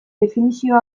definizio